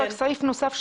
רק סעיף נוסף,